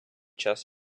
час